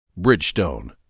Bridgestone